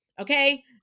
Okay